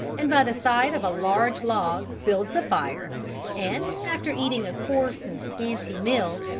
and by the side of a large log builds a fire and, after eating a coarse and scanty meal,